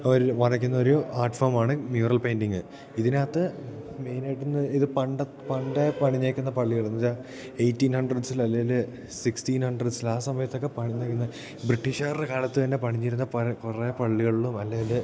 ഒരു വരയ്ക്കുന്നൊരു ആട്ട് ഫോമാണ് മ്യൂറല് പെയ്ന്റിംഗ് ഇതിനകത്ത് മെയിനായിട്ടെന്നു ഇത് പണ്ടു പണ്ടേ പണിഞ്ഞിരിക്കുന്ന പള്ളികൾ എന്നു വെച്ചാൽ എയ്റ്റീൻ ഹൺഡ്രഡ്സിൽ അല്ലെങ്കിൽ സിക്സ്റ്റീൻ ഹൺഡ്രഡ്സിൽ ആ സമയത്തൊക്കെ പണിതിരുന്ന ബ്രിട്ടീഷ്കാരുടെ കാലത്തുതന്നെ പണിഞ്ഞിരുന്നപ്പോഴേ കുറേ പള്ളികളിൽ അല്ലെങ്കിൽ